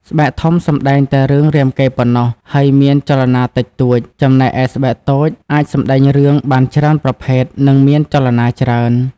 ស្បែកធំសម្ដែងតែរឿងរាមកេរ្តិ៍ប៉ុណ្ណោះ ហើយមានចលនាតិចតួច ចំណែកឯស្បែកតូចអាចសម្ដែងរឿងបានច្រើនប្រភេទ និងមានចលនាច្រើន។